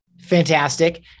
Fantastic